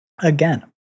Again